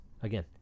Again